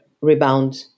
rebound